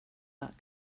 not